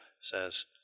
says